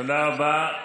תודה רבה.